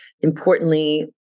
Importantly